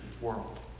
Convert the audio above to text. world